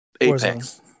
Apex